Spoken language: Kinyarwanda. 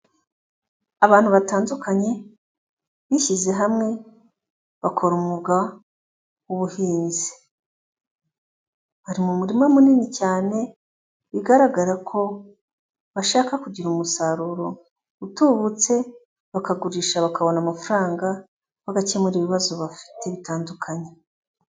Abantu batandukanye bishyize hamwe bakora umwuga w'ubuhinzi, bari mu murima munini cyane, bigaragara ko bashaka kugira umusaruro utubutse, bakagurisha bakabona amafaranga bagakemura ibibazo bafite bitandukanye.